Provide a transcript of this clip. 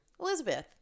Elizabeth